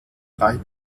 drei